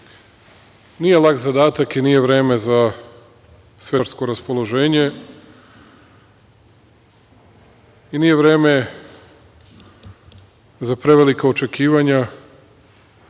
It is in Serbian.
nije lak zadatak i nije vreme za svečarsko raspoloženje i nije vreme za prevelika očekivanja